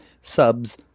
subs